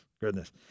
Goodness